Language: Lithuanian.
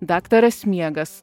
daktaras miegas